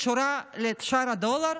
קשורים לשער הדולר?